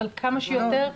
אבל כמה שיותר,